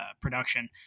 production